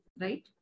Right